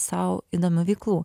sau įdomių veiklų